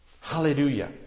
Hallelujah